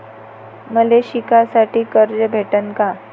मले शिकासाठी कर्ज भेटन का?